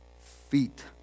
feet